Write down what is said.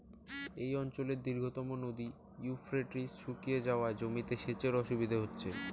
এই অঞ্চলের দীর্ঘতম নদী ইউফ্রেটিস শুকিয়ে যাওয়ায় জমিতে সেচের অসুবিধে হচ্ছে